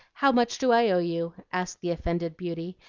how much do i owe you? asked the offended beauty,